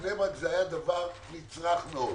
בבני ברק זה היה דבר נצרך מאוד.